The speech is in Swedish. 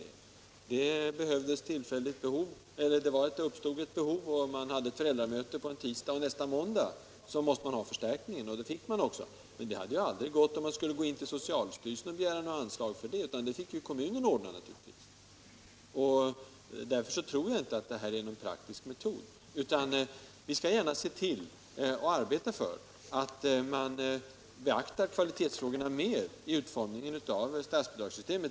Vid ett tillfälle uppstod det ett sådant tillfälligt behov, och då anordnade man ett föräldramöte på tisdag och sade att följande måndag måste man ha förstärkning. Det fick man också. Men det hade ju aldrig gått om man skulle ha begärt anslag till det hos socialstyrelsen. Nu fick naturligtvis kommunen ordna den saken. Därför tror jag som sagt inte att s-förslaget är någon praktisk metod. Vi skall gärna arbeta för att kvalitetsfrågorna beaktas mera vid utformningen av statsbidragssystemet.